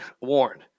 warned